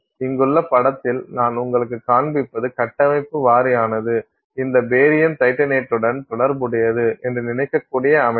இங்குள்ள படத்தில் நான் உங்களுக்குக் காண்பிப்பது கட்டமைப்பு வாரியானது இந்த பேரியம் டைட்டனேட்டுடன் தொடர்புடையது என்று நினைக்கக்கூடிய அமைப்பு